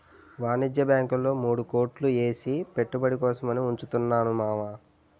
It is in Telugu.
వాణిజ్య బాంకుల్లో మూడు కోట్లు ఏసి పెట్టుబడి కోసం అని ఉంచుతున్నాను మావా